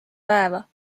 päeva